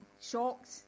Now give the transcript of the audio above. shocked